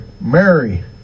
Mary